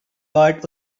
part